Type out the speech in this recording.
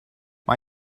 mae